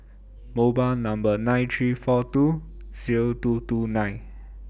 mobile Number nine three four two Zero two two nine